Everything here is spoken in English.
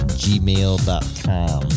gmail.com